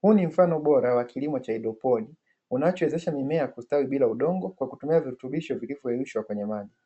huu ni mfano bora wa kilimo cha haidroponi unachowezesha mimea kustawi bila udongo kwa kutumia virutubisho vilivyoyeyushwa kwenye maji.